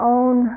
own